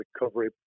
recovery